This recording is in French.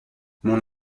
mon